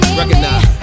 recognize